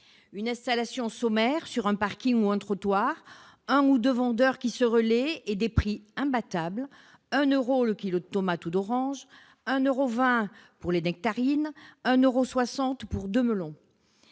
Une installation sommaire sur un parking ou un trottoir, un ou deux vendeurs qui se relaient et des prix imbattables : 1 euro le kilo de tomates ou d'oranges, 1,20 euro celui de nectarines, 1,60 euro les deux melons.